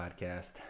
podcast